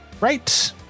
Right